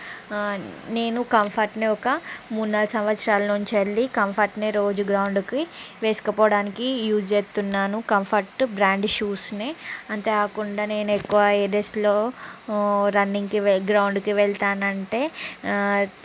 నేను కంఫర్ట్ని ఒక మూడు నాలుగు సంవత్సరాల నుంచి కంఫర్ట్నే రోజు గ్రౌండ్కి వేసుకుపోడానికి యూస్ చేస్తున్నాను కంఫర్ట్టు బ్రాండ్ షూస్ని అంతే కాకుండా నేను ఎక్కువ ఏ డ్రెస్లో రన్నింగ్కి గ్రౌండ్కి వెళ్తానంటే